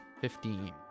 Fifteen